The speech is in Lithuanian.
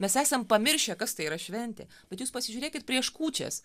mes esam pamiršę kas tai yra šventė bet jūs pasižiūrėkit prieš kūčias